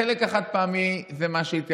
החלק החד-פעמי, זה מה שהתייחסת,